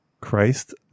Christ